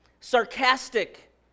sarcastic